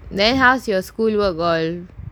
so school work all